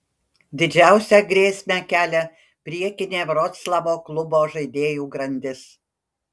didžiausią grėsmę kelia priekinė vroclavo klubo žaidėjų grandis